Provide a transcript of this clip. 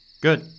Good